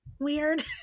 weird